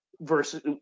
Versus